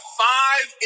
five